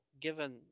given